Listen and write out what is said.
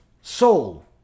soul